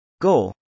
goal